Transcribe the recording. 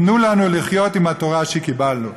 תנו לנו לחיות עם התורה שקיבלנו".